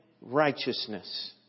righteousness